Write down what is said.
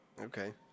Okay